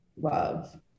Love